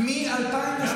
מ-2002.